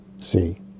See